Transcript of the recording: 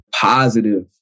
positive